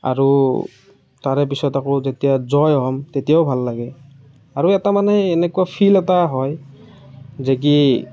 আৰু তাৰে পিছত আকৌ যেতিয়া জয় হ'ম তেতিয়াও ভাল লাগে আৰু এটা মানে এনেকুৱা ফিল এটা হয় যে কি